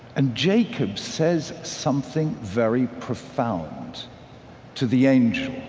and jacob says something very profound to the angel.